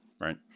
right